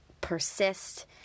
persist